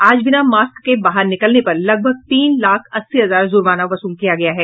आज बिना मास्क के बाहर निकलने पर लगभग तीन लाख अस्सी हजार जुर्माना वसूल किया गया है